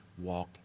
walk